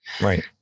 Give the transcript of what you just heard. Right